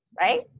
right